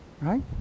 Right